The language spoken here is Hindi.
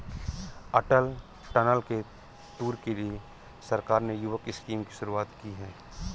अटल टनल के टूर के लिए सरकार ने युवक स्कीम की शुरुआत की है